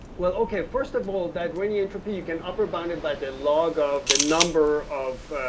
well okay, first of all, that renyi entropy, you can upper bound it by the log of the number of